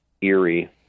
eerie